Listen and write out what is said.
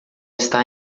está